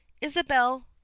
Isabel